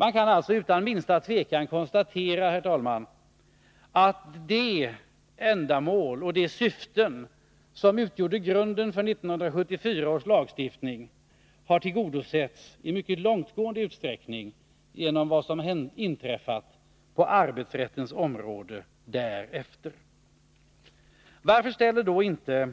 Jag kan alltså utan minsta tvekan konstatera, herr talman, att de syften som utgjorde grunden för 1974 års lagstiftning har uppnåtts i mycket stor utsträckning genom vad som har inträffat på arbetsrättens område därefter. Varför ställer då inte